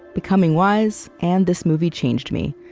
becoming wise, and this movie changed me.